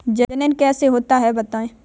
जनन कैसे होता है बताएँ?